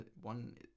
one